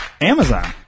amazon